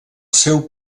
seu